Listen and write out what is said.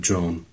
John